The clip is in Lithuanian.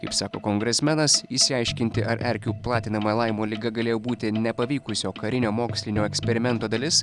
kaip sako kongresmenas išsiaiškinti ar erkių platinama laimo liga galėjo būti nepavykusio karinio mokslinio eksperimento dalis